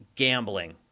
gambling